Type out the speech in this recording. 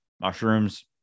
Mushrooms